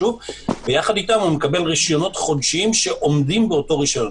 ויחד אתם הוא מקבל רשיונות חודשיים שעומדים באותו רשיון,